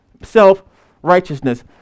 self-righteousness